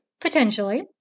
potentially